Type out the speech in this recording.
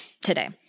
today